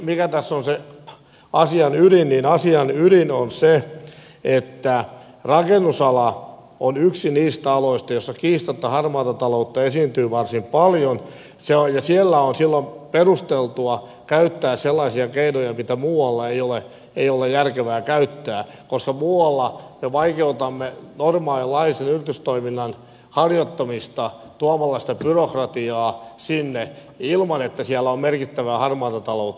mikä tässä on se asian ydin niin asian ydin on se että rakennusala on yksi niistä aloista joilla kiistatta harmaata taloutta esiintyy varsin paljon ja siellä on silloin perusteltua käyttää sellaisia keinoja mitä muualla ei ole järkevää käyttää koska muualla me vaikeutamme normaalin laillisen yritystoiminnan harjoittamista tuomalla sitä byrokratiaa sinne ilman että siellä on merkittävää harmaata taloutta